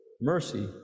mercy